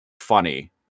funny